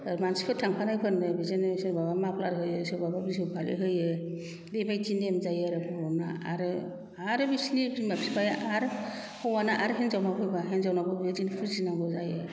मानसिफोर थांफानाय फोरनो बिदिनो सोरबा माफ्लार होयो सोरहाबा बिहु फालि होयो बेबायदि नेम जायो आरो बर'ना आरो आरो बिसिनि बिमा बिफाना हौवाना आरो हिन्जाउनाव फैबा हिन्जावनावबो बेबायदिनो फुजिनांगौ जायो